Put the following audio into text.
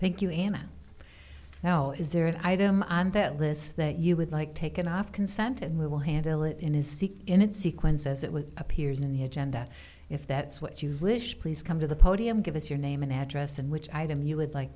thank you anna now is there an item on that list that you would like taken off consented we will handle it in his seat in sequence as it would appears in the agenda if that's what you wish please come to the podium give us your name and address and which item you would like